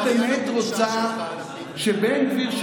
את באמת רוצה שבן גביר,